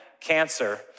cancer